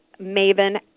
maven